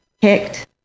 kicked